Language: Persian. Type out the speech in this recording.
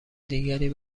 دیگری